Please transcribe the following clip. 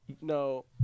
No